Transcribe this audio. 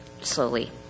slowly